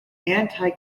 anti